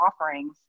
offerings